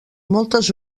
moltes